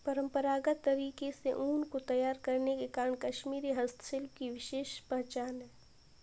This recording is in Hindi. परम्परागत तरीके से ऊन को तैयार करने के कारण कश्मीरी हस्तशिल्प की विशेष पहचान है